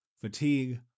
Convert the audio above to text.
fatigue